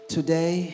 Today